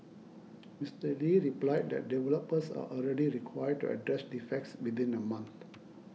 Mister Lee replied that developers are already required to address defects within a month